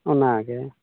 ᱚᱱᱟᱜᱮ